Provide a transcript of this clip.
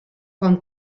com